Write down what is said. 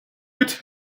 its